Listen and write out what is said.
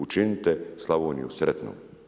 Učinite Slavoniju sretnom“